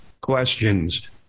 questions